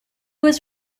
was